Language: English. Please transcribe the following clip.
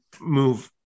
move